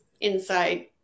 inside